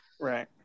right